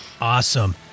Awesome